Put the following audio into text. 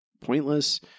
pointless